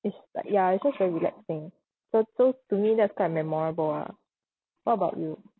it's like ya it's just very relaxing so so to me that's quite memorable ah what about you